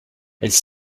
elles